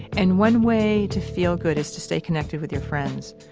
and one way to feel good is to stay connected with your friends.